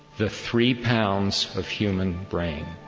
the three pounds of human brain.